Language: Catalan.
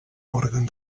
òrgan